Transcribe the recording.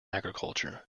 agriculture